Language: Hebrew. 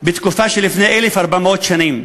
בתקופה שלפני 1,400 שנים,